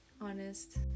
honest